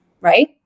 right